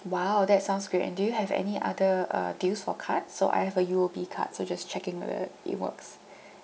!wow! that sounds great and do you have any other uh deals for cards so I have a U_O_B card so just checking whether it works